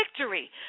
victory